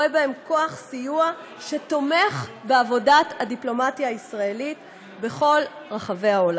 רואה בהם כוח סיוע שתומך בעבודת הדיפלומטיה הישראלית בכל רחבי העולם.